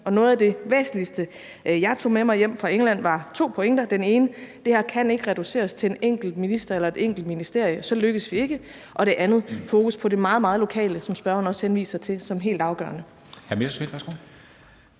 Noget af det væsentligste, jeg tog med mig hjem fra England, var to pointer. Den ene er, at det her ikke kan reduceres til en enkelt minister eller et enkelt ministerium, for så lykkes vi ikke. Det andet er fokus på det meget, meget lokale, som spørgeren også henviser til, som helt afgørende.